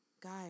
Guys